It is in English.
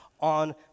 on